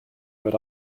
but